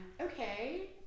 Okay